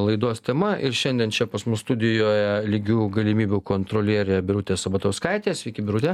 laidos tema ir šiandien čia pas mus studijoje lygių galimybių kontrolierė birutė sabatauskaitė sveiki birute